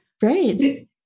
Great